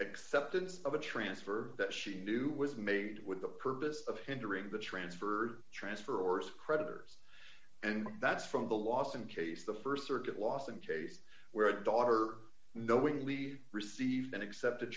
acceptance of a transfer that she knew was made with the purpose of hindering the transfer transfer or creditors and that's from the last in case the st circuit lost in case where a daughter knowing leave received and accepted